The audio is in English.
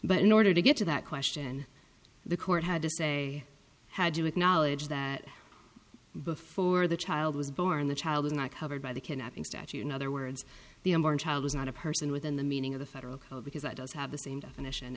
but in order to get to that question the court had to say had to acknowledge that before the child was born the child is not covered by the kidnapping statute in other words the child was not a person within the meaning of the federal code because that does have the same definition